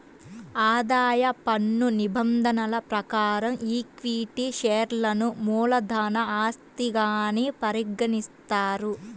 ఆదాయ పన్ను నిబంధనల ప్రకారం ఈక్విటీ షేర్లను మూలధన ఆస్తిగానే పరిగణిస్తారు